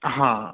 हाँ